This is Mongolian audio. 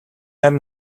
харин